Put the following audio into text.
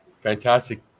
Fantastic